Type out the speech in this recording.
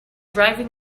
driving